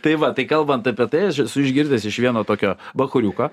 tai va tai kalbant apie tai aš esu išgirdęs iš vieno tokio bachūriuko